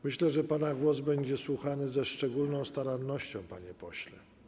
Myślę, że pana głos będzie słuchany ze szczególną starannością, panie pośle.